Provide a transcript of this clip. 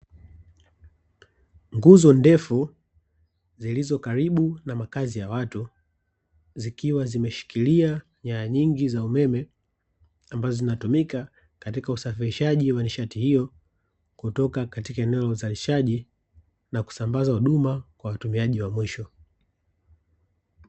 Nguzo ndefu zilizo karibu na makazi ya watu zikiwa zimeshikilia nyaya nyingi za umeme, ambazo zinatumika katika usafirishaji wa nishati iyo kutoka katika eneo la uzalishaji na kusambaza huduma kwa watumiaji wa mwisho.